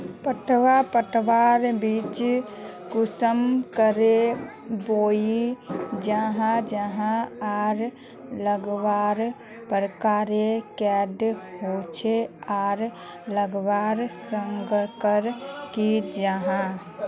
पटवा पटवार बीज कुंसम करे बोया जाहा जाहा आर लगवार प्रकारेर कैडा होचे आर लगवार संगकर की जाहा?